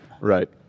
Right